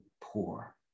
poor